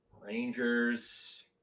Rangers